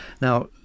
Now